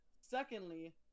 Secondly